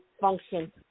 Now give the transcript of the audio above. function